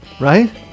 right